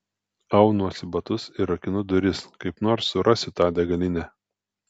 aunuosi batus ir rakinu duris kaip nors surasiu tą degalinę